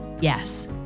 Yes